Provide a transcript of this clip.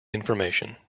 information